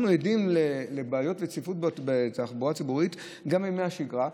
אנחנו עדים לבעיות וצפיפות בתחבורה הציבורית גם בימי השגרה.